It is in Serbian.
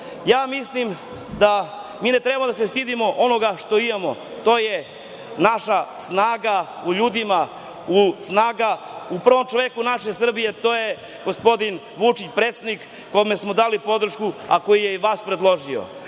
Srbije. Mislim da mi ne treba da se stidimo onoga što imamo. To je naša snaga u ljudima, snaga u prvom čoveku naše Srbije, a to je gospodin Vučić, predsednik, kome smo dali podršku, a koji je i vas predložio.